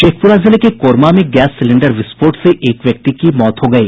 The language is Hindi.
शेखपुरा जिले के कोरमा में गैस सिलेंडर विस्फोट से एक व्यक्ति की मौत हो गयी